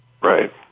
right